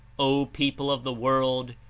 o people of the world,